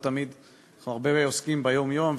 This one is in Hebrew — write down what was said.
אנחנו הרבה עוסקים ביום-יום,